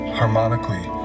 harmonically